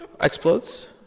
Explodes